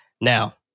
Now